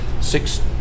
six